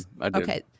Okay